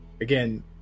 again